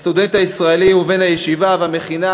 הסטודנט הישראלי ובן הישיבה והמכינה